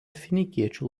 finikiečių